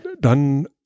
dann